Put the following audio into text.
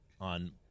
on